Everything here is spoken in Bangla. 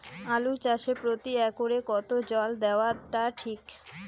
আলু চাষে প্রতি একরে কতো জল দেওয়া টা ঠিক?